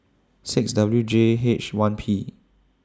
six W J H one P